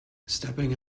stepping